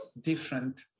different